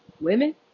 Women